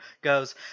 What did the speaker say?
goes